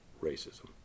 racism